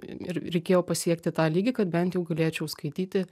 ir reikėjo pasiekti tą lygį kad bent jau galėčiau skaityti